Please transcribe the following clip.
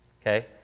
Okay